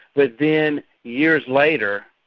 but then years later,